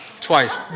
Twice